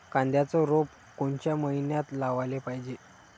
कांद्याचं रोप कोनच्या मइन्यात लावाले पायजे?